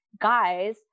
guys